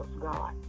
God